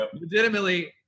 Legitimately